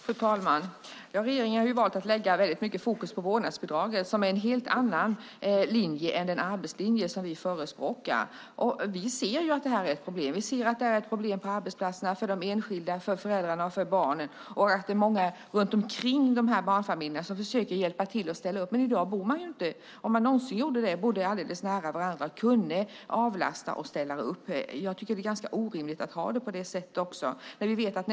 Fru talman! Regeringen har valt att lägga fokus på vårdnadsbidraget som är en helt annan linje än den arbetslinje som vi förespråkar. Vi ser att det här är ett problem på arbetsplatserna, för de enskilda, för föräldrarna och för barnen. Många runt omkring barnfamiljerna försöker ställa upp och hjälpa till, men i dag bor man inte alldeles nära varandra - om man någonsin har gjort det. Det är ganska orimligt att ha det på det sättet.